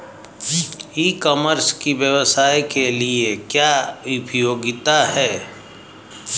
ई commerce की व्यवसाय के लिए क्या उपयोगिता है?